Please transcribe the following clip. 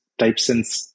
TypeSense